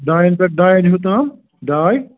ڈایَن پٮ۪ٹھ ڈایَن ہِیٛوٗ تام ڈاے